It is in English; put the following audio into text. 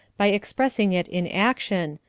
by expressing it in action,